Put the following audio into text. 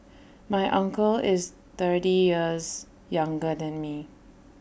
my uncle is thirty years younger than me